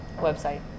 website